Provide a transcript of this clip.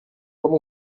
quand